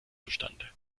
zustande